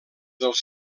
dels